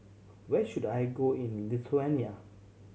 where should I go in Lithuania